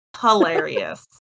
hilarious